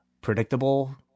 predictable